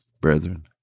brethren